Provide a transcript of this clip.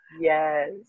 yes